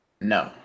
No